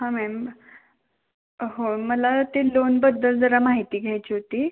हां मॅम हो मला ते लोनबद्दल जरा माहिती घ्यायची होती